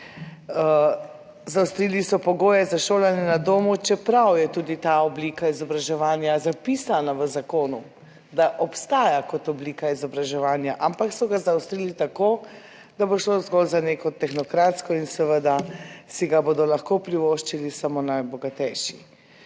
Zaostrili so pogoje za šolanje na domu, čeprav je tudi ta oblika izobraževanja zapisana v zakonu, da obstaja kot oblika izobraževanja, ampak so ga zaostrili, tako da bo šlo zgolj za neko tehnokratsko in seveda, si ga bodo lahko privoščili samo najbogatejši.